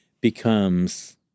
becomes